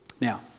Now